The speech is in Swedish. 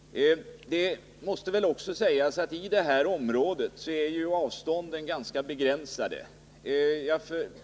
Det måste också sägas att i det här området är avstånden ganska begränsade.